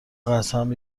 قسم